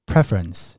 Preference